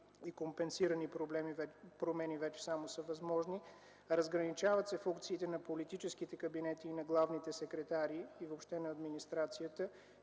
компенсирани промени. Разграничават се функциите на политическите кабинети и на главните секретари, и въобще на администрацията.